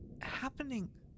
happening